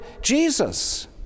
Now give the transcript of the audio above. Jesus